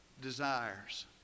desires